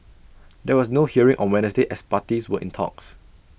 there was no hearing on Wednesday as parties were in talks